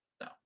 No